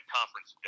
conference